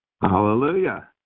Hallelujah